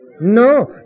No